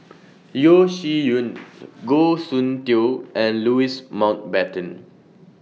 Yeo Shih Yun Goh Soon Tioe and Louis Mountbatten